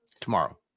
tomorrow